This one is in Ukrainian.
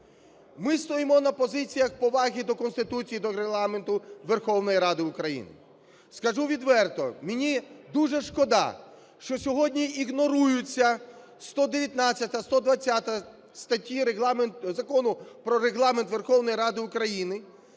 Ми стоїмо на позиціях поваги до Конституції і до Регламенту Верховної Ради України. Скажу відверто, мені дуже шкода, що сьогодні ігноруються 119, 120 статті Закону "Про Регламент Верховної Ради України",